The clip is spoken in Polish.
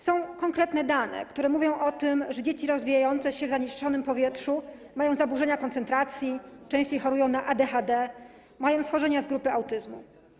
Są konkretne dane, które mówią o tym, że dzieci rozwijające się w zanieczyszczonym powietrzu mają zaburzenia koncentracji, częściej chorują na ADHD, mają schorzenia z grupy autyzmu.